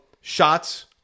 shots